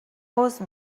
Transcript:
عذر